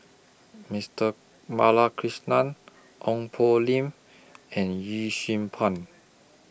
Mister Balakrishnan Ong Poh Lim and Yee Xing Pun